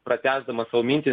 pratęsdamas savo mintį